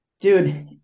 dude